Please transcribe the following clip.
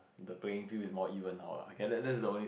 the playing field is more even out lah okay that's the only